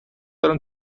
دارم